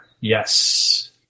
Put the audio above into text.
yes